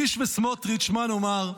קיש וסמוטריץ', מה נאמר?